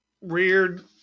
weird –